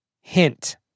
Hint